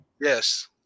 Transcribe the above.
Yes